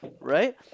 right